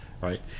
right